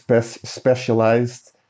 specialized